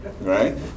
Right